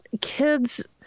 kids